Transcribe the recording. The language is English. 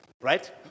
right